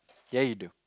ya you do